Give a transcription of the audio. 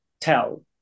tell